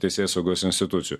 teisėsaugos institucijų